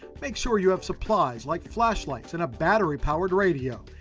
makes sure you have supplies like flashlights and a battery powered radio.